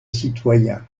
citoyen